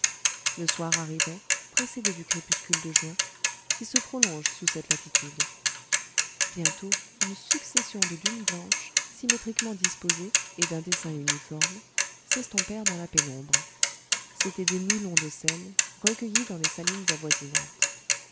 le soir arrivait précédé du crépuscule de juin qui se prolonge sous cette latitude bientôt une succession de dunes blanches symétriquement disposées et d'un dessin uniforme s'estompèrent dans la pénombre c'étaient des mulons de sel recueilli dans les salines avoisinantes